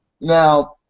Now